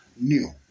new